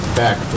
back